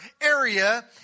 area